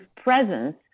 presence